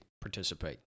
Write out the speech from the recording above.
participate